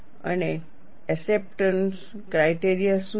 અને acceptance criteria શું છે